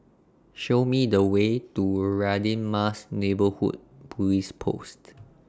Show Me The Way to Radin Mas Neighbourhood Police Post